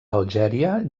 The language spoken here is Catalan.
algèria